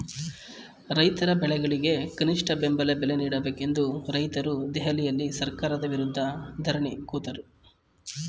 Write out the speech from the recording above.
ರೈತರ ಬೆಳೆಗಳಿಗೆ ಕನಿಷ್ಠ ಬೆಂಬಲ ಬೆಲೆ ನೀಡಬೇಕೆಂದು ರೈತ್ರು ದೆಹಲಿಯಲ್ಲಿ ಸರ್ಕಾರದ ವಿರುದ್ಧ ಧರಣಿ ಕೂತರು